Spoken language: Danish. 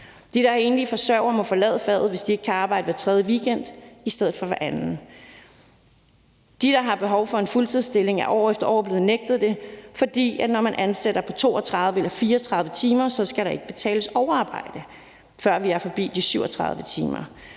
De, der er enlige forsørgere, må forlade faget, hvis de ikke kan arbejde hver tredje weekend i stedet for hver anden. De, der har behov for en fuldtidsstilling, er år efter år blevet nægtet det, fordi der, når man ansætter på 32 eller 34 timer, så ikke skal betales for overarbejde, før vi er forbi de 37 timer,